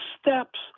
steps